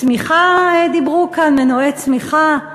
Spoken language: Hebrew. צמיחה, דיברו כאן, מנועי צמיחה.